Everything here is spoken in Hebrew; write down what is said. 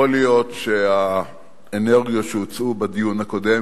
יכול להיות שהאנרגיות שהוצאו בדיון הקודם,